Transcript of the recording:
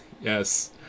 Yes